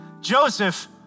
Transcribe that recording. Joseph